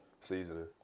Seasoning